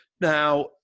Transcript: now